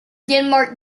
denmark